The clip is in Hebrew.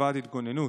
התגוננות.